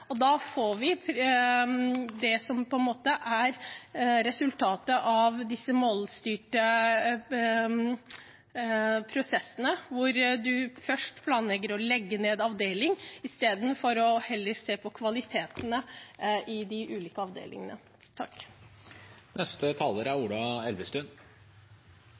Da får vi det som på en måte er resultatet av disse målstyrte prosessene, hvor man først planlegger å legge ned avdelinger – i stedet for heller å se på kvaliteten i de ulike avdelingene. Representanten Nordby Lunde viste til at det nå er